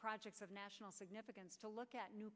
projects of national significance to look at new